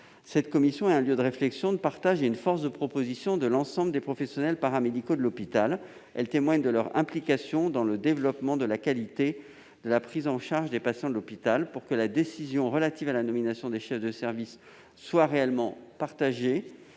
Cette commission est un lieu de réflexion, de partage et une force de proposition de l'ensemble des professionnels paramédicaux de l'hôpital. Elle témoigne de leur implication dans le développement de la qualité de la prise en charge des patients à l'hôpital. Pour que la décision relative à la nomination des chefs de service soit réellement partagée,